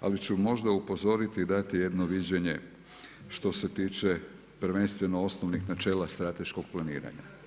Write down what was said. ali ću možda upozoriti i dati jedno viđenje što se tiče prvenstveno osnovnih načela strateškog planiranja.